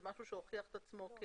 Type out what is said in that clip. זה משהו שהוכיח את עצמו?